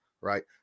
right